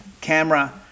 camera